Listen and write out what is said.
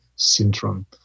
syndrome